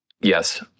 yes